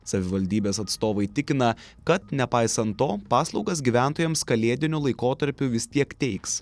savivaldybės atstovai tikina kad nepaisant to paslaugas gyventojams kalėdiniu laikotarpiu vis tiek teiks